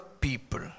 people